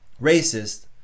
racist